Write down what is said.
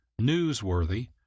Newsworthy